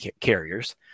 carriers